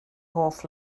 hoff